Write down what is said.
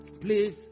Please